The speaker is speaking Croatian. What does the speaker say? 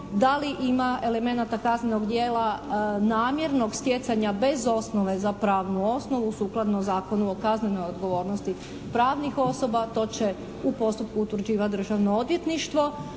Da li ima elemenata kaznenog djela namjernog stjecanja bez osnove za pravnu osnovu sukladno Zakonu o kaznenoj odgovornosti pravnih osoba to će u postupku utvrđivati Državno odvjetništvo,